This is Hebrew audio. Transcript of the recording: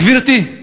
גברתי,